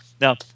now